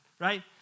right